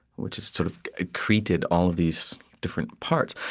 which has sort of accreted all of these different parts.